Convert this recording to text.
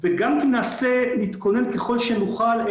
גם אם נתכונן ככל שנוכל,